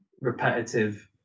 repetitive